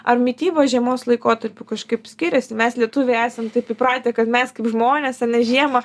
ar mityba žiemos laikotarpiu kažkaip skiriasi mes lietuviai esam taip įpratę kad mes kaip žmonės ar ne žiemą